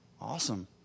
Awesome